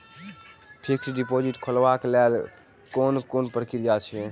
Fixed deposit खोलबाक लेल केँ कुन प्रक्रिया अछि?